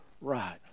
right